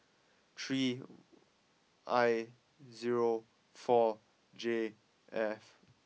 three I zero four J F